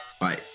Bye